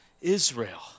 Israel